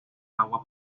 agua